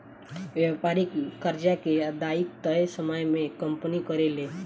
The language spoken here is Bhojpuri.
व्यापारिक कर्जा के अदायगी तय समय में कंपनी करेले